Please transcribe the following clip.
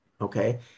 okay